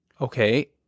okay